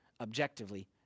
objectively